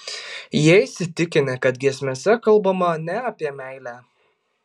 jie įsitikinę kad giesmėse kalbama ne apie meilę